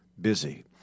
busy